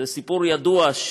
זה סיפור ידוע,